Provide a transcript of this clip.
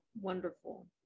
wonderful